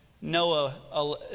Noah